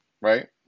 right